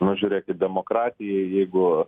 nu žiūrėkit demokratiją jeigu